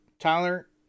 Tyler